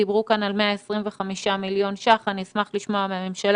דיברו כאן על 125 מיליון שקלים ואני אשמח לשמוע מהממשלה